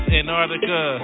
Antarctica